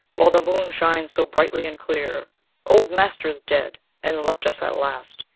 while the moon shines so brightly and clear old master is dead, and left us at last,